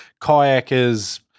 kayakers